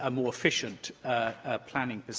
ah more efficient planning